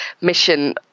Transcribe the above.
mission